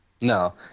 No